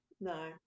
No